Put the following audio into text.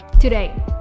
today